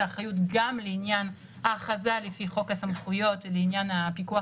האחריות גם לעניין ההכרזה לפי חוק הסמכויות לעניין הפיקוח